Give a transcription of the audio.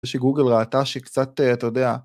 ‫זה שגוגל ראיתה שהיא קצת, ‫אתה יודע...